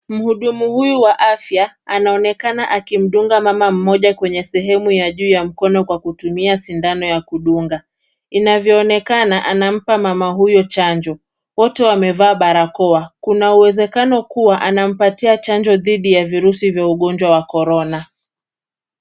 Mhudumu wa afya anaonekana akimdunga mama mmoja kwenye sehemu ya juu ya mkono kwa kutumia sindano ya kudunga. Inavyoonekana, anampa mama huyu chanjo. Wote wamevaa barakoa. Kuna uwezekano kuwa anampatia chanjo dhidi ya virusi vya Corona.